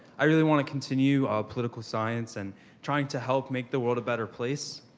i really wanna continue political science and trying to help make the world a better place.